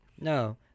no